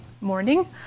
morning